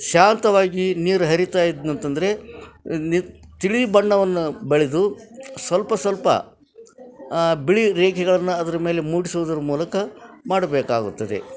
ಶಾಂತವಾಗಿ ನೀರು ಹರಿತಾ ಇದ್ ಅಂತಂದರೆ ತಿಳಿ ಬಣ್ಣವನ್ನು ಬಳಿದು ಸ್ವಲ್ಪ ಸ್ವಲ್ಪ ಬಿಳಿ ರೇಖೆಗಳನ್ನ ಅದ್ರ ಮೇಲೆ ಮೂಡ್ಸುವುದ್ರ ಮೂಲಕ ಮಾಡಬೇಕಾಗುತ್ತದೆ